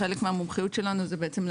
חלק מהמומחיות שלנו זה בעצם,